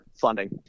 funding